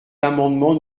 l’amendement